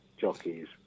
jockeys